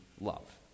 love